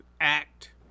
act